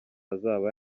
azaba